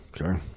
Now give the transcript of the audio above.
Okay